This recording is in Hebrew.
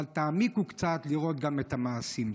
אבל תעמיקו קצת לראות גם את המעשים.